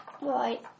Right